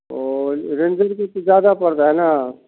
और रेंजर की तो ज़्यादा पड़ रहा है ना